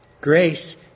Grace